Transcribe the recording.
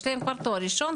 יש להם תואר ראשון,